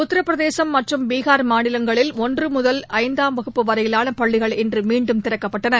உத்திரபிரதேசம் மற்றம் பீகார் மாநிலங்களில் ஒன்றுமுதல் ஐந்தாம் வகுப்பு வரையிலானபள்ளிகள் இன்றுமீண்டும் திறக்கப்பட்டன